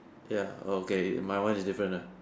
ya okay my one is different lah